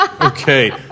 Okay